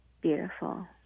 Beautiful